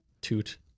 toot